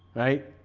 right?